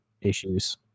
issues